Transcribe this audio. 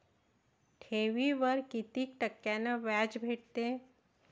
ठेवीवर कितीक टक्क्यान व्याज भेटते?